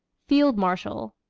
field marshal.